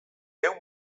ehun